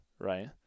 right